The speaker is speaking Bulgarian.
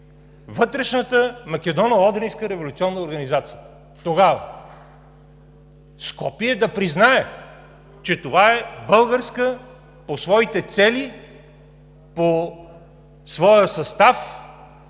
Вътрешната македоно одринска революционна организация тогава. Скопие да признае, че това е българска по своите цели, по своя състав,